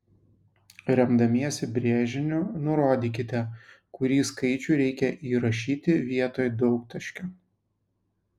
remdamiesi brėžiniu nurodykite kurį skaičių reikia įrašyti vietoj daugtaškio